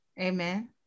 amen